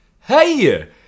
Hey